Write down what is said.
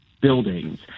buildings